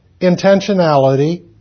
intentionality